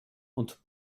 und